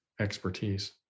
expertise